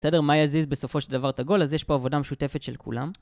בסדר, מה יזיז בסופו של דבר את הגול, אז יש פה עבודה משותפת של כולם.